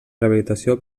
rehabilitació